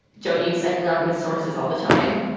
don't you cite anonymous sources all the time.